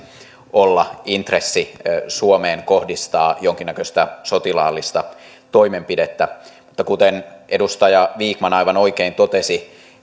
olla intressi suomeen kohdistaa jonkinnäköistä sotilaallista toimenpidettä mutta kuten edustaja vikman aivan oikein totesi